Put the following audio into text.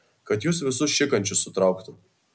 kad jus visus šikančius sutrauktų